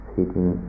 sitting